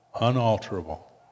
unalterable